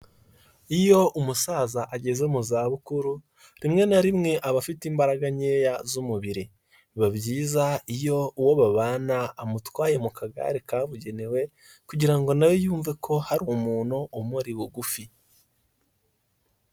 Iyo umusaza ageze mu za bukuru rimwe na rimwe aba afite imbaraga nkeya z'umubiri biba byiza iyo uwo babana amutwaye mu kagare kabugenewe kugira ngo nawe yumve ko hari umuntu umuri bugufi.